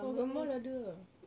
hougang mall ada ah